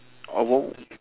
oh